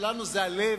שלנו זה הלב,